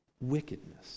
wickedness